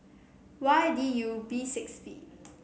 Y D U B six V